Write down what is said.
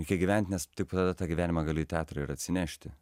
reikia gyventi nes taip tą gyvenimą gali į teatrą ir atsinešti